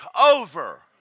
over